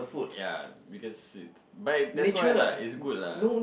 ya because it's but that's why lah it's good lah